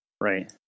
Right